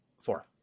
Four